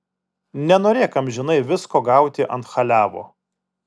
nenorėk amžinai visko gauti ant chaliavo